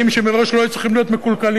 שמראש לא היו צריכים להיות מקולקלים.